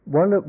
one